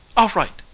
all right,